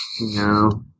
No